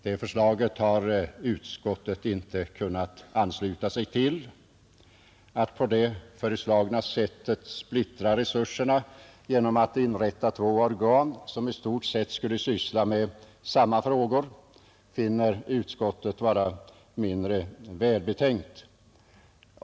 Det förslaget har utskottet inte kunnat ansluta sig till. Att på det föreslagna sättet splittra resurserna genom att inrätta två organ som i stort sett skulle syssla med samma frågor finner utskottet vara mindre välbetänkt.